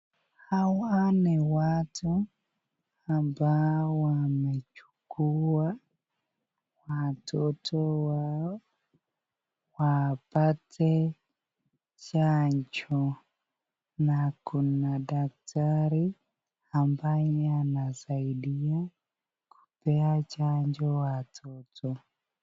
Hawa ni watu ambao wamechukua watoto wao wapate chanjo na kuna daktari ambaye anasaidia kupea chanjo watoto.